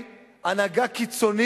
אני מוציא אותו.